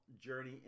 journey